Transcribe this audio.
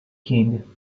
king